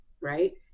right